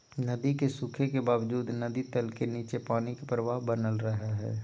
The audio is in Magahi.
नदी के सूखे के बावजूद नदी तल के नीचे पानी के प्रवाह बनल रहइ हइ